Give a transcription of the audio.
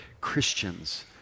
Christians